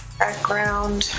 background